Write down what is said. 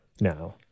now